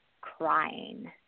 crying